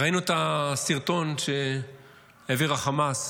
ראינו את הסרטון שהעביר חמאס